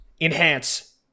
enhance